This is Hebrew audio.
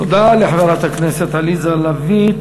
תודה לחברת הכנסת עליזה לביא.